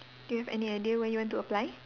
do you have any idea where you want to apply